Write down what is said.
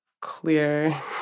clear